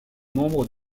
membre